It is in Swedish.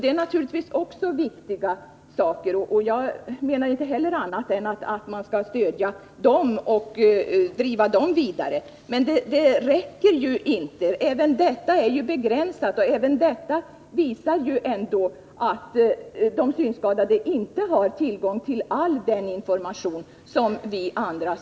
Det är naturligtvis viktiga satsningar, och jag menar inte heller annat än att man skall stödja dem och driva dem vidare. Men det räcker inte. Även de är begränsade och visar att de synskadade inte har tillgång till all den information som vi seende får.